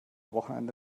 wochenende